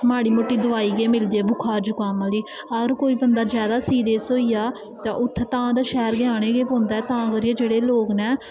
माड़ी मुट्टी दवाई मिलदी ऐ जुकामां आह्ली अगर कोई बंदा जादा सिरियस होई जा उत्थें तां ते शैह्र ते आनें गै पौंदा ऐ तां करियै जेह्ड़े लोग नै